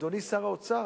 אדוני שר האוצר.